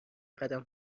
قدم